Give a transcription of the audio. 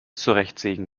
zurechtsägen